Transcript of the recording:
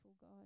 God